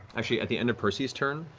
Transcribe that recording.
actually, at the end of percy's turn,